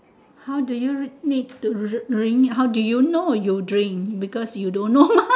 how do you need to dri~ drink how do you know you drink because you don't know mah